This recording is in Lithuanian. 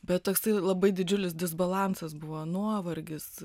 bet toksai labai didžiulis disbalansas buvo nuovargis